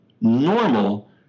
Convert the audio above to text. normal